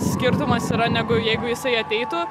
skirtumas yra negu jeigu jisai ateitų